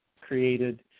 created